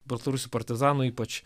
baltarusių partizanų ypač